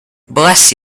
bless